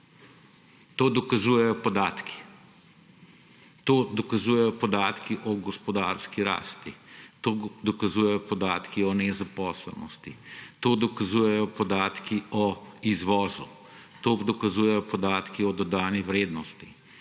To dokazujejo podatki. To dokazujejo podatki o gospodarski rasti, to dokazujejo podatki o nezaposlenosti, to dokazujejo podatki o izvozu, to dokazujejo podatki o dodani vrednosti,